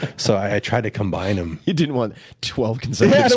so i tried to combine them. you didn't want twelve consecutive